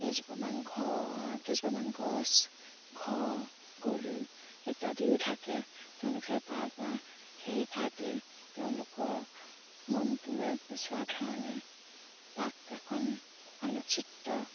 কেইজোপামান ঘ কেইজোপামান গছ ঘৰ গৰু ইত্যাদিও থাকে তেওঁলোকে তাৰপা সেই ঠাইতে তেওঁলোকৰ মনটোৱে বিচৰা ধৰণে তাক এখন আলোকচিত্ৰ